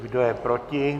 Kdo je proti?